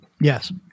Yes